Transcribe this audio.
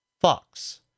Fox